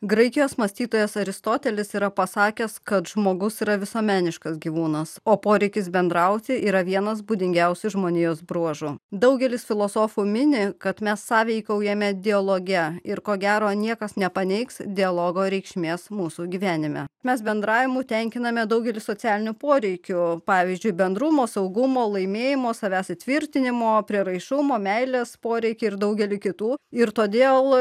graikijos mąstytojas aristotelis yra pasakęs kad žmogus yra visuomeniškas gyvūnas o poreikis bendrauti yra vienas būdingiausių žmonijos bruožų daugelis filosofų mini kad mes sąveikaujame dialoge ir ko gero niekas nepaneigs dialogo reikšmės mūsų gyvenime mes bendravimu tenkiname daugelį socialinių poreikių pavyzdžiui bendrumo saugumo laimėjimo savęs įtvirtinimo prieraišumo meilės poreikį ir daugelį kitų ir todėl